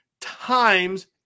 times